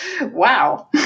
Wow